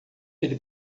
ele